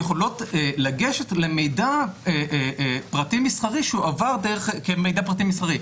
יכולות לגשת למידע פרטי מסחרי שהועבר כמידע פרטים מסחרי,